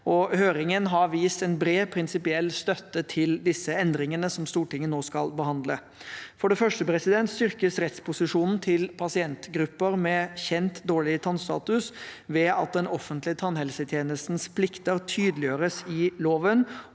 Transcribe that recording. Høringen har vist bred, prinsipiell støtte til disse endringene, som Stortinget nå skal behandle. For det første styrkes rettsposisjonen til pasientgrupper med kjent dårlig tannstatus, ved at den offentlige tannhelsetjenestens plikter tydeliggjøres i loven,